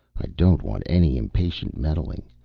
i don't want any impatient meddling.